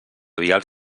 vials